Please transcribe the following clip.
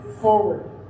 forward